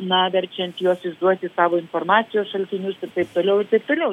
na verčiant juos išduoti savo informacijos šaltinius ir taip toliau ir taip toliau